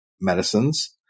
Medicines